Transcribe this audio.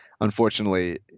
unfortunately